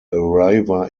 arriva